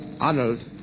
Arnold